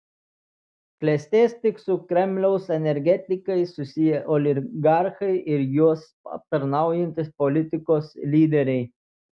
klestės tik su kremliaus energetikais susiję oligarchai ir juos aptarnaujantys politikos lyderiai